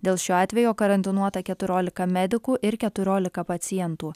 dėl šio atvejo karantinuota keturiolika medikų ir keturiolika pacientų